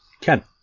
Ken